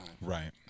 Right